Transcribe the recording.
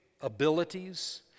abilities